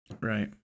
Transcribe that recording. right